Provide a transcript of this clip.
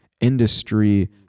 industry